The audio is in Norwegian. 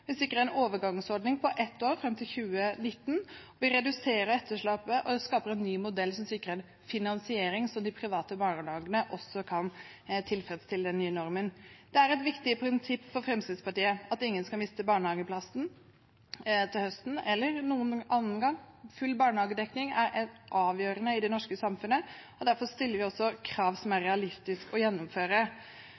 Vi sikrer en overgangsordning på ett år, fram til 2019, vi reduserer etterslepet, og vi skaper en ny modell som sikrer en finansiering slik at de private barnehagene også kan tilfredsstille den nye normen. Det er et viktig prinsipp for Fremskrittspartiet at ingen skal miste barnehageplassen til høsten eller noen annen gang. Full barnehagedekning er avgjørende i det norske samfunnet. Derfor stiller vi også krav det er